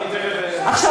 עכשיו,